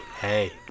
hey